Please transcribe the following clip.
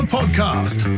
Podcast